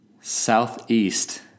Southeast